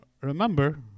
remember